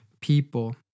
people